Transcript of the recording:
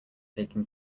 taking